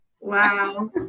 wow